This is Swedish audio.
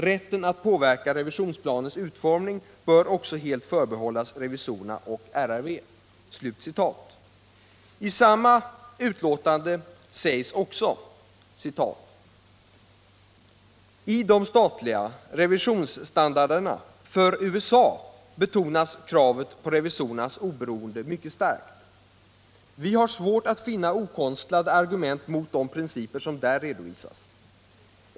Rätten att påverka revisionsplanens utformning bör också helt förbehållas revisorerna och RRV.” I samma utlåtande sägs också: ”I de statliga revisionsstandarderna för USA betonas kravet på revisorernas oberoende mycket starkt. Vi har svårt att finna okonstlade argument mot de principer som där redovisas.